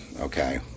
okay